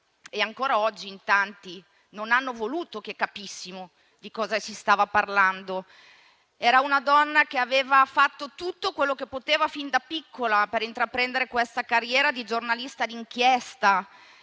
e ancora oggi in tanti non hanno voluto che capissimo di cosa si stava parlando. Era una donna che aveva fatto tutto quello che poteva fin da piccola per intraprendere la carriera di giornalista d'inchiesta.